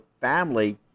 family